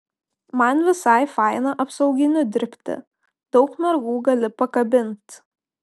man visai faina apsauginiu dirbti daug mergų gali pakabint